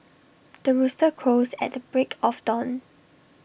the rooster crows at the break of dawn